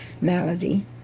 malady